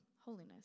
holiness